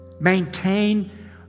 maintain